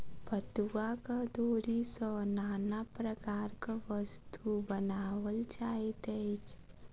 पटुआक डोरी सॅ नाना प्रकारक वस्तु बनाओल जाइत अछि